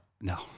No